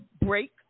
break